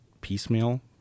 piecemeal